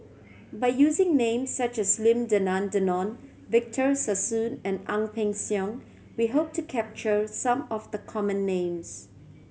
by using names such as Lim Denan Denon Victor Sassoon and Ang Peng Siong we hope to capture some of the common names